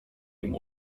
ihm